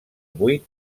vuit